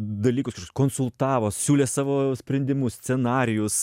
dalykus konsultavo siūlė savo sprendimus scenarijus